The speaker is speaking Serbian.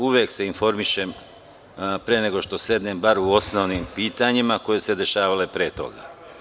Uvek se informišem pre nego što sednem, bar o osnovnim pitanjima koja su se dešavala pre toga.